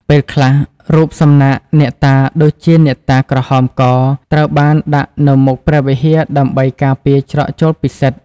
ពេលខ្លះ រូបសំណាកអ្នកតាដូចជា អ្នកតាក្រហមក ត្រូវបានដាក់នៅមុខព្រះវិហារដើម្បីការពារច្រកចូលពិសិដ្ឋ ។